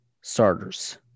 starters